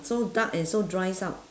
so dark and so dries out